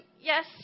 yes